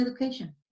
education